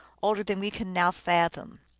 older than we can now fathom.